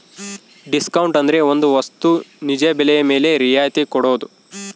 discount ಅಂದ್ರೆ ಒಂದ್ ವಸ್ತು ನಿಜ ಬೆಲೆ ಮೇಲೆ ರಿಯಾಯತಿ ಕೊಡೋದು